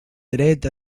dret